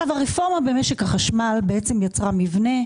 הרפורמה במשק החשמל יצרה מבנה,